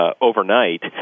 overnight